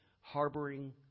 harboring